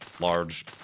large